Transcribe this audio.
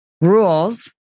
rules